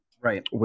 Right